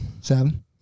Seven